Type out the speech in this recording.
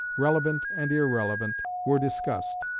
relevant and irrelevant, were discussed,